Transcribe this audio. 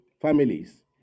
families